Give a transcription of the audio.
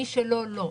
מי שלא, לא.